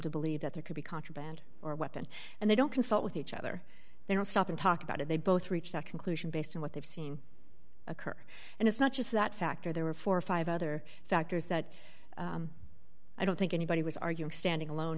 to believe that there could be contraband or weapon and they don't consult with each other they will stop and talk about it they both reach that conclusion based on what they've seen occur and it's not just that factor there were four or five other factors that i don't think anybody was arguing standing alone